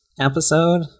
episode